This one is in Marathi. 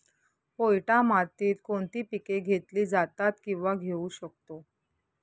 पोयटा मातीत कोणती पिके घेतली जातात, किंवा घेऊ शकतो?